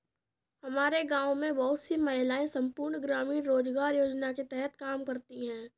हमारे गांव में बहुत सी महिलाएं संपूर्ण ग्रामीण रोजगार योजना के तहत काम करती हैं